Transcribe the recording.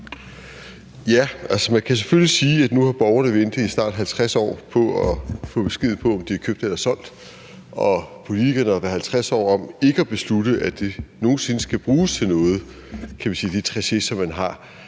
(RV): Man kan selvfølgelig sige, at nu har borgerne ventet i snart 50 år på at få besked på, om de er købt eller solgt, og politikerne har været 50 år om ikke at beslutte, om det tracé, som man har, nogen sinde skal bruges til noget. Så mit spørgsmål er